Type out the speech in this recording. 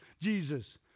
Jesus